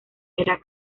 era